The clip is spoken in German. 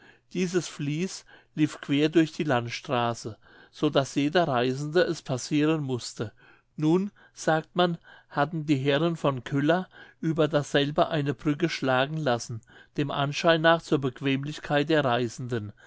dieses fließ lief quer durch die landstraße so daß jeder reisende es passiren mußte nun sagt man hatten die herren von köller über dasselbe eine brücke schlagen lassen dem anschein nach zur bequemlichkeit der